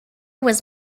was